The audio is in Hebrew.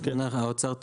האוצר תומך.